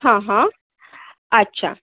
हां हां अच्छा